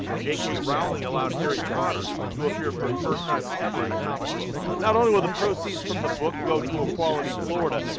jk rowling allowed harry potter to appear for the first time ever in a comic book. not only will the proceeds from the book go to equality florida.